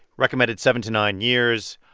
recommended seven to nine years.